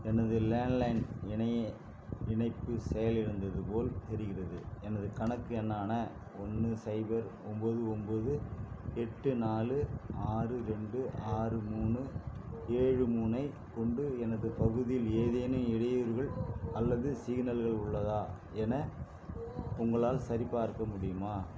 எனது landline இணைய இணைப்பு செயல் இழந்தது போல் தெரிகிறது எனது கணக்கு எண்ணான ஒன்று சைபர் ஒம்பது ஒம்பது எட்டு நாலு ஆறு ரெண்டு ஆறு மூணு ஏழு மூணைக் கொண்டு எனது பகுதியில் ஏதேனும் இடையூறுகள் அல்லது சிக்னல்கள் உள்ளதா என உங்களால் சரிப் பார்க்க முடியுமா